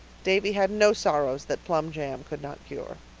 davy had no sorrows that plum jam could not cure.